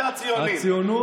אתה הציוני,